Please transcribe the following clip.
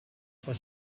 for